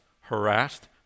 harassed